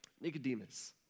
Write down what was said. Nicodemus